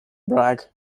bragg